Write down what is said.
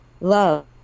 love